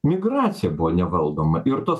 migracija buvo nevaldoma ir tos